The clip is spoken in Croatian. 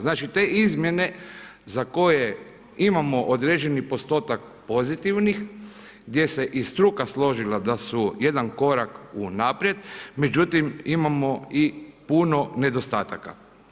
Znači te izmjene za koje imamo određeni postotak pozitivnih gdje se i struka složila da su jedan korak unaprijed, međutim imamo i puno nedostataka.